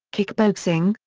kickboxing,